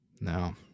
No